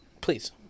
please